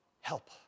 help